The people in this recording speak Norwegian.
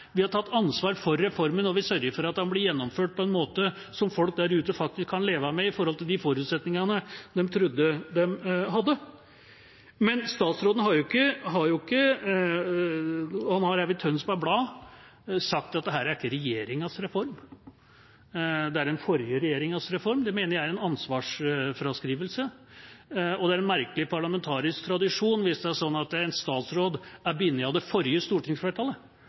vi har tatt ansvar for reformen, og vi sørger for at den blir gjennomført på en måte som folk der ute faktisk kan leve med ut fra de forutsetningene de trodde de hadde. Statsråden har også i Tønsberg Blad sagt at dette er ikke regjeringas reform, det er den forrige regjeringas reform. Det mener jeg er en ansvarsfraskrivelse, og det er en merkelig parlamentarisk tradisjon hvis det er sånn at en statsråd er bundet av det forrige stortingsflertallet,